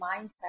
mindset